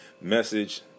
message